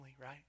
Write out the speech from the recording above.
right